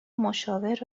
مشاور